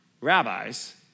rabbis